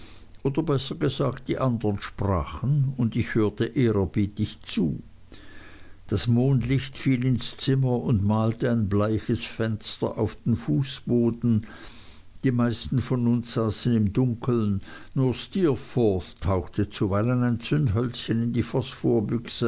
oder besser gesagt die andern sprachen und ich hörte ehrerbietig zu das mondlicht fiel ins zimmer und malte ein bleiches fenster auf den fußboden die meisten von uns saßen im dunkeln nur steerforth tauchte zuweilen ein zündhölzchen in die